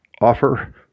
offer